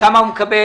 --- כמה היא מקבלת?